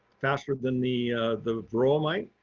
faster than the the varroa mite,